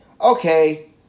Okay